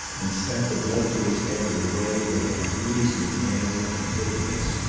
and sent the blood to his head in a wave of unreasoning anger and bitterness.